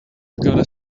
gonna